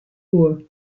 uhr